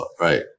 Right